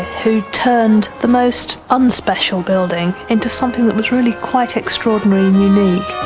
who turned the most unspecial building into something that was really quite extraordinary and unique.